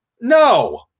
No